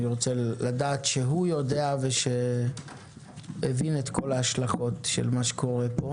אני רוצה לדעת שהוא יודע ושהבין את כל ההשלכות של מה שקורה פה.